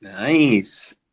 Nice